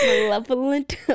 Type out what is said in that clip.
Malevolent